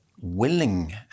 willing